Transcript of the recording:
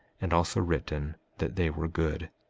and also written, that they were good.